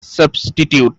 substitute